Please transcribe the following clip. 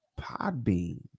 Podbean